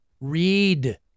Read